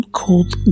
called